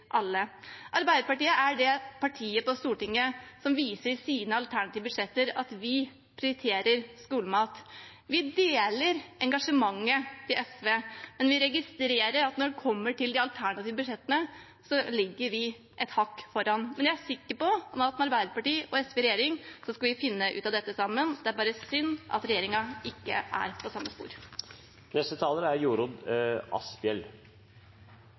alle. Arbeiderpartiet er det partiet på Stortinget som i sine alternative budsjetter viser at de prioriterer skolemat. Vi deler engasjementet til SV, men vi registrerer at når det gjelder de alternative budsjettene, ligger vi et hakk foran. Men jeg er sikker på at med Arbeiderpartiet og SV i regjering skal vi finne ut av dette sammen. Det er bare synd at regjeringen ikke er på samme spor. Jeg hører regjeringspartiene si at det er